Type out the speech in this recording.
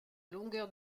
longueur